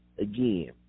again